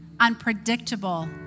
unpredictable